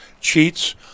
cheats